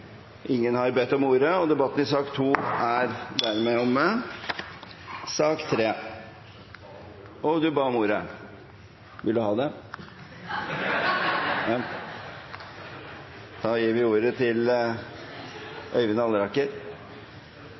Ingen har bedt om ordet til sak nr. 1. Ingen har bedt om ordet. Jeg ba om ordet. Da gir vi ordet til Øyvind Halleraker.